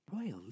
Royal